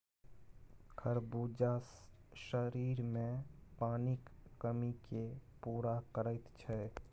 खरबूजा शरीरमे पानिक कमीकेँ पूरा करैत छै